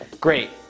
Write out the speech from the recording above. Great